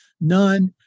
none